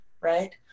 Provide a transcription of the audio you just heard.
right